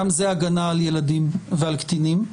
גם זה הגנה על ילדים ועל קטינים.